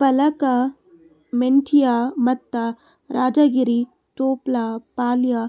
ಪಾಲಕ, ಮೆಂತ್ಯ ಮತ್ತ ರಾಜಗಿರಿ ತೊಪ್ಲ ಪಲ್ಯ